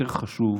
יותר חשוב,